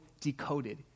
Decoded